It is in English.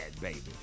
baby